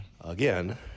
Again